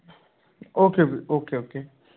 okay okay okay okay